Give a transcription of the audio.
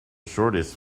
shortest